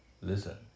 Listen